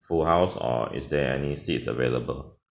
full house or is there any seats available